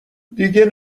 دیگه